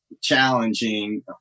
challenging